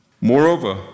Moreover